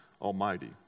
Almighty